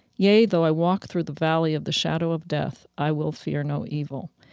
yea, though i walk through the valley of the shadow of death, i will fear no evil.